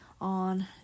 on